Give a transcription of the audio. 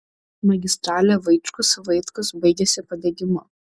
magistralė vaičkus vaitkus baigiasi padegimu